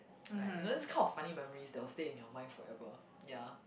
like you know this kind of funny memories that will stay in your mind forever ya